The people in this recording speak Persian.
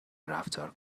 رفتار